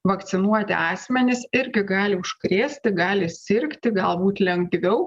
vakcinuoti asmenys irgi gali užkrėsti gali sirgti galbūt lengviau